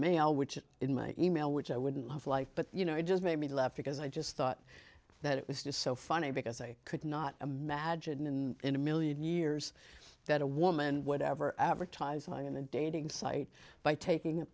mail which in my e mail which i wouldn't have liked but you know it just made me laugh because i just thought that it was just so funny because i could not imagine in in a million years that a woman would ever advertise on a dating site by taking a